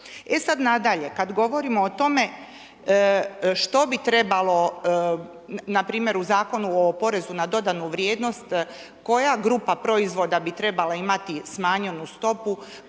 E sada nadalje, kada govorimo o tome što bi trebalo npr. u Zakonu o porezu na dodanu vrijednost koja grupa proizvoda bi trebala imati smanjenu stopu,